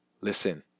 listen